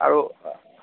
আৰু